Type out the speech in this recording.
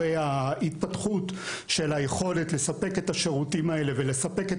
ההתפתחות של היכולת לספק את השירותים האלה ולספק את